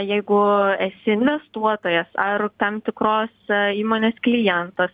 jeigu esi investuotojas ar tam tikros įmonės klientas